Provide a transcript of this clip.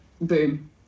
boom